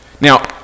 Now